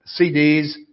CDs